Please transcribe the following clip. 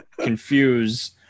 confuse